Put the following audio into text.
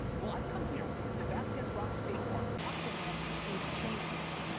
well, i've come here, to vazquez rocks state park, to talk to a man who is changing that.